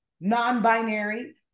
non-binary